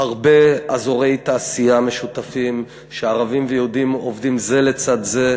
הרבה אזורי תעשייה משותפים שערבים ויהודים עובדים בהם זה לצד זה,